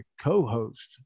co-host